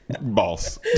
boss